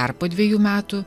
dar po dviejų metų